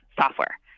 software